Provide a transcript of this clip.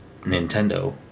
Nintendo